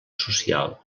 social